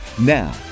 Now